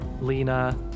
Lena